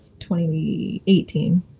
2018